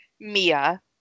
Mia